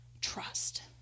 Trust